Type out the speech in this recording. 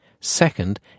Second